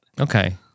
Okay